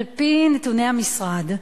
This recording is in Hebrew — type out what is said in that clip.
על-פי נתוני המשרד,